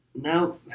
No